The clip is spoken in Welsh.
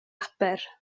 aber